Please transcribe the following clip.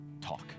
talk